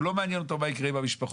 הוא לא מעניין אותו מה יקרה עם המשפחות.